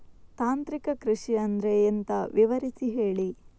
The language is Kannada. ತಾಂತ್ರಿಕ ಕೃಷಿ ಅಂದ್ರೆ ಎಂತ ವಿವರಿಸಿ ಹೇಳಿ